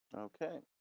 okay,